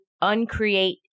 uncreate